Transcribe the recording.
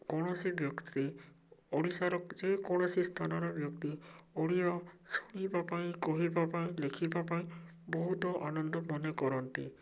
କୌଣସି ବ୍ୟକ୍ତି ଓଡ଼ିଶାର ଯେକୌଣସି ସ୍ଥାନର ବ୍ୟକ୍ତି ଓଡ଼ିଆ ଶୁଣିବା ପାଇଁ କହିବା ପାଇଁ ଲେଖିବା ପାଇଁ ବହୁତ ଆନନ୍ଦ ମନେ କରନ୍ତି